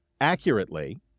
accurately